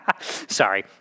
Sorry